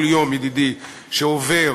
כל יום, ידידי, שעובר